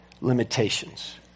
limitations